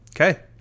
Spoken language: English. Okay